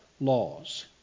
laws